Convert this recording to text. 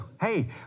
hey